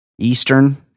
eastern